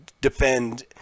defend